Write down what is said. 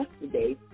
yesterday